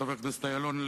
חבר הכנסת אילון,